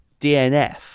DNF